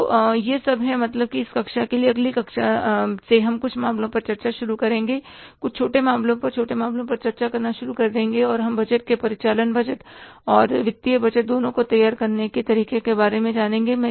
तो यह सब है मतलब कि इस कक्षा के लिए अगली कक्षा से हम कुछ मामलों पर चर्चा करना शुरू करेंगे कुछ छोटे मामलों पर छोटे मामलों पर चर्चा करना शुरू कर देंगे और हम बजट के परिचालन बजट और वित्तीय बजट दोनों को तैयार करने के तरीके के बारे में जानेंगे